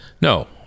No